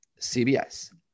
CBS